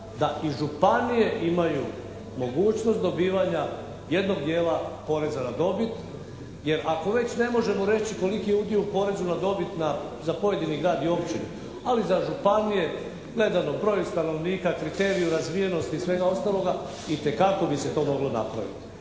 da i županije imaju mogućnost dobivanja jednog dijela poreza na dobit jer ako već ne možemo reći koliki je udio u porezu na dobit za pojedini grad i općinu ali za županije, gledano broj stanovnika, kriteriju razvijenosti i svega ostaloga itekako bi se to moglo napraviti.